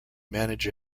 manage